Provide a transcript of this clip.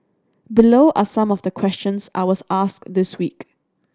below are some of the questions I was asked this week